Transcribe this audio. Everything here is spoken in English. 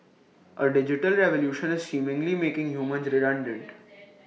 A digital revolution is seemingly making humans redundant